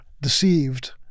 deceived